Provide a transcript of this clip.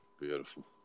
Beautiful